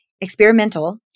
experimental